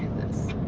this.